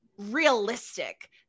realistic